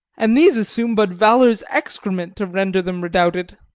and these assume but valour's excrement to render them redoubted!